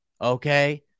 Okay